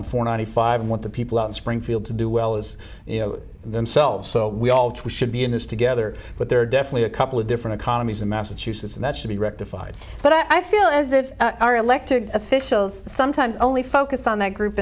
for ninety five want the people out of springfield to do well as you know themselves so we all should be in this together but there are definitely a couple of different economies in massachusetts and that should be rectified but i feel as if our elected officials sometimes only focus on that group